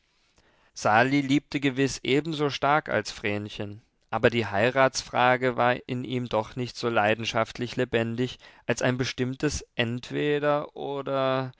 sali liebte gewiß ebenso stark als vrenchen aber die heiratsfrage war in ihm doch nicht so leidenschaftlich lebendig als ein bestimmtes entweder oder